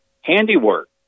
handiwork